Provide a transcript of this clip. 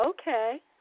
Okay